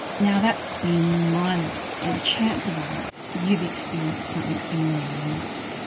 now that's been my life and chances are you've experienced something similar in your life.